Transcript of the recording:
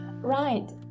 right